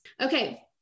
Okay